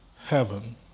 heaven